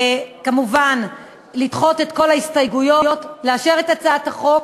כמובן לדחות את כל ההסתייגויות ולאשר את הצעת החוק,